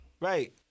Right